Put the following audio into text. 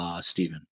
Stephen